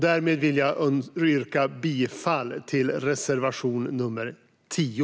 Därmed vill jag yrka bifall till reservation nr 10.